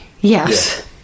yes